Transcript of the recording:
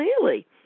clearly